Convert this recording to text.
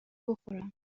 بخورم